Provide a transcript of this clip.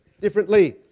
differently